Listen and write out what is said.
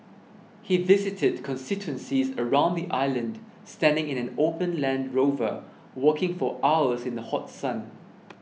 he visited constituencies around the island standing in an open Land Rover walking for hours in the hot sun